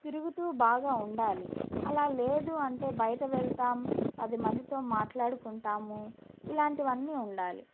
తిరుగుతూ బాగా ఉండాలి అలా లేదు అంటే బయటికి వెళ్తాము పది మందితో మాట్లాడుకుంటాము ఇలాంటివన్నీ ఉండాలి